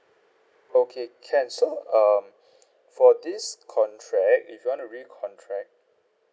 okay can so um for this contract if you want to recontract